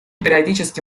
периодически